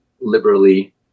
liberally